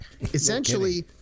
essentially